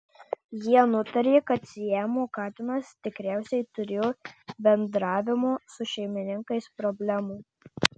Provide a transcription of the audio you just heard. jie nutarė kad siamo katinas tikriausiai turėjo bendravimo su šeimininkais problemų